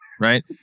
right